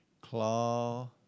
claw